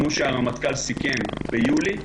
כפי שהרמטכ"ל סיכם, ביולי.